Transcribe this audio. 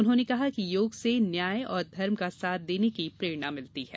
उन्होंने कहा कि योग से न्याय और धर्म का साथ देने की प्रेरणा मिलती है